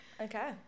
Okay